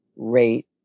Rate